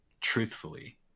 truthfully